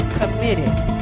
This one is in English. committed